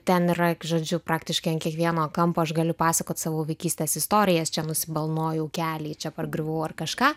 ten yra žodžiu praktiškai ant kiekvieno kampo aš galiu pasakot savo vaikystės istorijas čia nusibalnojau kelį čia pargriuvau ar kažką